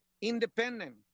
independent